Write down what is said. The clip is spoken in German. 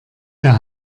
der